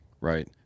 right